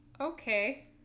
Okay